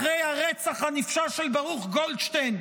אחרי הרצח הנפשע של ברוך גולדשטיין,